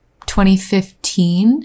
2015